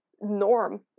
norm